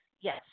Yes